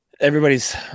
everybody's